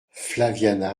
flaviana